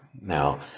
Now